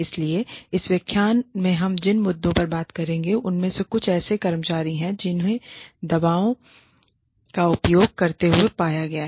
इसलिए इस व्याख्यान में हम जिन मुद्दों पर बात करेंगे उनमें से कुछ ऐसे कर्मचारी हैं जिन्हें दवाओं का उपयोग करते हुए पाया गया है